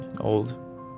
Old